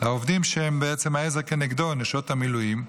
לעובדים שהם בעצם העזר כנגדו, נשות המילואים,